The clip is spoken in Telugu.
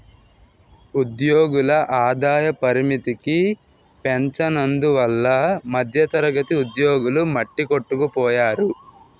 ఉద్యోగుల ఆదాయ పరిమితికి పెంచనందువల్ల మధ్యతరగతి ఉద్యోగులు మట్టికొట్టుకుపోయారు